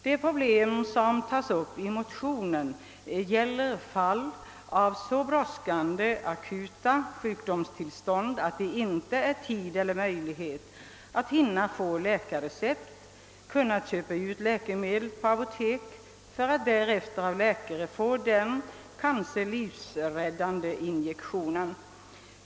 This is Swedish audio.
De problem som tas upp i motionen gäller fall av så brådskande akuta sjukdomstillstånd att det inte finns tid eller möjlighet att hinna få läkarrecept och kunna köpa ut läkemedel på apotek för att därefter av läkare få den kanske livsräddande injektionen.